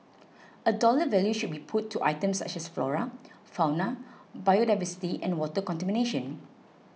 a dollar value should be put to items such as flora fauna biodiversity and water contamination